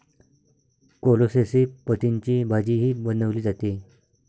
कोलोसेसी पतींची भाजीही बनवली जाते